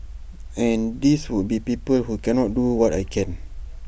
and these would be people who cannot do what I can